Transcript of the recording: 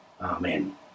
Amen